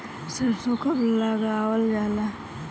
सरसो कब लगावल जाला?